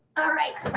alright.